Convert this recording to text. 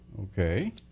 Okay